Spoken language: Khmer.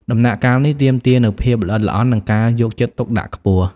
ដំណាក់កាលនេះទាមទារនូវភាពល្អិតល្អន់ និងការយកចិត្តទុកដាក់ខ្ពស់។